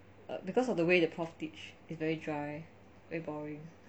because of the way the prof teach is very dry very boring